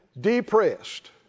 Depressed